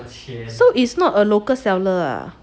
so it's not a local seller ah